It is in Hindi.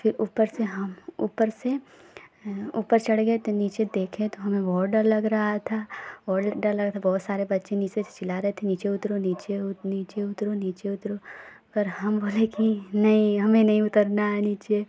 फिर ऊपर से ऊपर चढ़ गए त नीचे देखे तो हमें बहुत डर लग रहा था और डर लग रहा था बहुत सारे बच्चे नीचे से चिल्ला रहे थे नीचे उतरो नीचे उत नीचे उतरो नीचे उतरो उतरो पर हम बोले कि नहीं हमें नहीं उतरना है नीचे